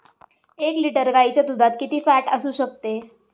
एक लिटर गाईच्या दुधात किती फॅट असू शकते?